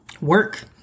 work